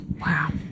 Wow